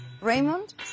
Raymond